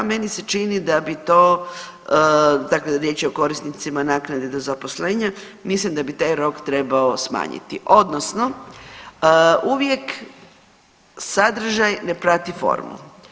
Meni se čini da bi to, dakle riječ o korisnicima naknade do zaposlenja, mislim da bi taj rok trebao smanjiti odnosno uvijek sadržaj ne prati formu.